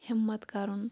ہمَت کَرُن